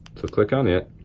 click on it.